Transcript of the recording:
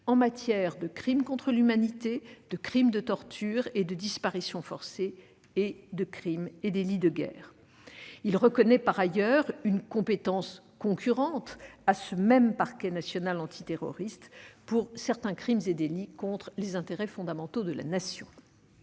en matière de crimes contre l'humanité, de crimes de tortures et de disparitions forcées, de crimes et délits de guerre. Il reconnaît par ailleurs une compétence concurrente à ce même parquet national antiterroriste pour certains crimes et délits contre les intérêts fondamentaux de la Nation.